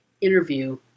interview